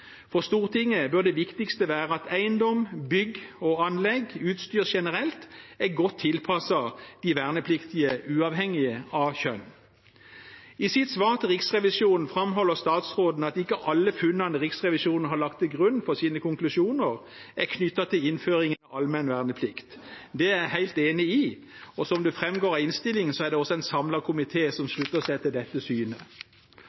For Stortinget bør det viktigste være at eiendom, bygg, anlegg og utstyr generelt er godt tilpasset de vernepliktige, uavhengig av kjønn. I sitt svar til Riksrevisjonen framholder statsråden at ikke alle funnene Riksrevisjonen har lagt til grunn for sine konklusjoner, er knyttet til innføringen av allmenn verneplikt. Det er jeg helt enig i. Som det framgår av innstillingen, er det en samlet komité som